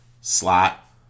slot